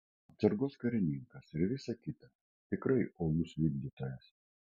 atsargos karininkas ir visa kita tikrai uolus vykdytojas